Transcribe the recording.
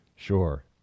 sure